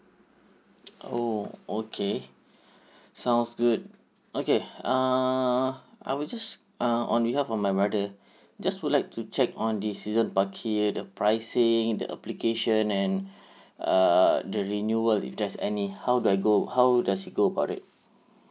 oh okay sounds good okay err I will just uh on behalf of my brother just would like to check on the season parking the pricing the application and err the renewal if there's any how do I go how does he go about it